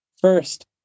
first